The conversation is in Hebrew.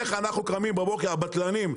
איך אנחנו קמים בבוקר הבטלנים,